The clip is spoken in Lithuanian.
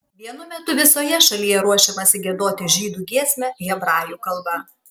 vienu metu visoje šalyje ruošiamasi giedoti žydų giesmę hebrajų kalba